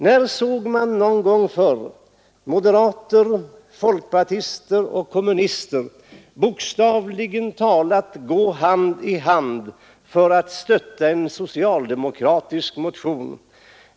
När sågs någon gång förr moderater, folkpartister och kommunister gå hand i hand för att stötta en socialdemokratisk motion?